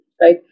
right